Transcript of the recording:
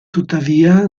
tuttavia